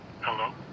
Hello